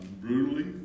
brutally